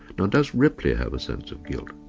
nor does ripley have a sense of guilt.